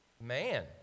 man